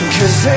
Cause